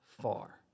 far